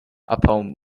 upon